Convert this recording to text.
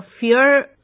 fear